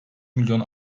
milyon